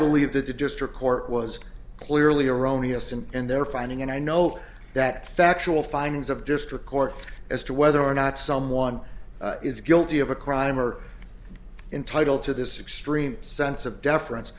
believe that the district court was clearly erroneous and they're finding and i know that factual findings of district court as to whether or not someone is guilty of a crime are entitled to this extreme sense of deference